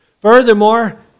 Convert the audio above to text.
Furthermore